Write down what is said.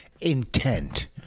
intent